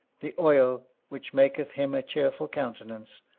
the oil which maketh him a cheerful countenance,